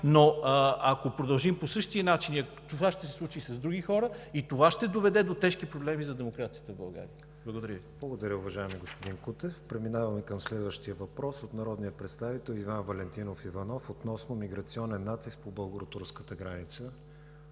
но ако продължим по същия начин, това ще се случи и с други хора, а това ще доведе до тежки проблеми за демокрацията в България. Благодаря Ви. ПРЕДСЕДАТЕЛ КРИСТИАН ВИГЕНИН: Благодаря, уважаеми господин Кутев. Преминаваме към следващия въпрос от народния представител Иван Валентинов Иванов относно миграционен натиск по българо-турската граница.